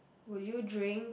would you drink